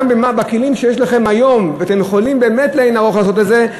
גם בכלים שיש לכם היום אתם יכולים לעשות את זה,